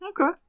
Okay